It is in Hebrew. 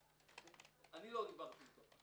אני לא דיברתי אתו,